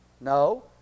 No